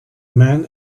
man